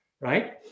Right